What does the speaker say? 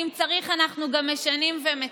אם צריך, אנחנו גם משנים ומתקנים.